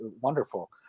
wonderful